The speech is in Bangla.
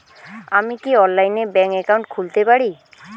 আমি কি অনলাইনে ব্যাংক একাউন্ট খুলতে পারি?